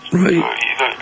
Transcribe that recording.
right